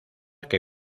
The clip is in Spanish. que